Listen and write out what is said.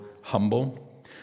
humble